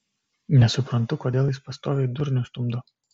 nesuprantu kodėl jis pastoviai durnių stumdo